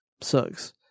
sucks